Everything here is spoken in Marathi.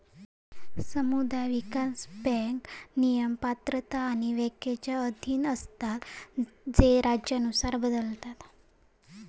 समुदाय विकास बँक नियम, पात्रता आणि व्याख्येच्या अधीन असतत जे राज्यानुसार बदलतत